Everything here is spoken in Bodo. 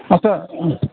आच्छा